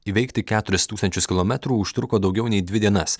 įveikti keturis tūkstančius kilometrų užtruko daugiau nei dvi dienas